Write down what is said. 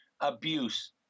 abuse